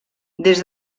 des